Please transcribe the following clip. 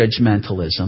judgmentalism